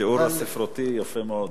התיאור הספרותי יפה מאוד.